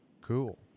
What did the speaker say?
Cool